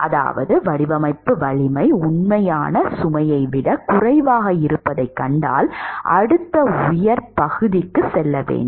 அதாவது வடிவமைப்பு வலிமை உண்மையான சுமையை விட குறைவாக இருப்பதைக் கண்டால் அடுத்த உயர் பகுதிக்குச் செல்ல வேண்டும்